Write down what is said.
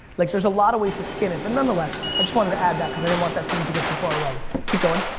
like there's a lot of ways to skin it. but nonetheless, i just wanted to add that cause i didn't want that theme to get too far away. keep going.